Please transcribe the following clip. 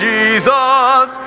Jesus